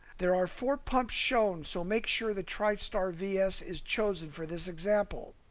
there are four pumps shown so make sure the tristar vs is chosen for this example.